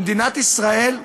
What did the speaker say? במדינת ישראל,